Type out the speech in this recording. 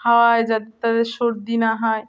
খাওয়ায় যাতে তাদের সর্দি না হয়